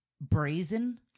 brazen